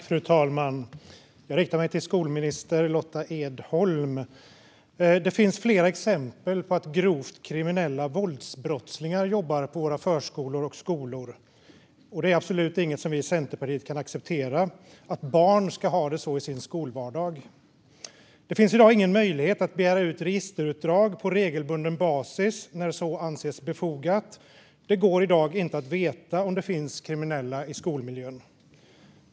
Fru talman! Jag riktar min fråga till skolminister Lotta Edholm. Det finns flera exempel på att grovt kriminella våldsbrottslingar jobbar på våra förskolor och skolor. Vi i Centerpartiet kan absolut inte acceptera att barn ska ha det så i sin skolvardag. Det finns i dag ingen möjlighet att begära ut registerutdrag på regelbunden basis när så anses befogat. Och det går i dag inte att veta om det finns kriminella i skolmiljön.